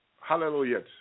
Hallelujah